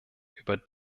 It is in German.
über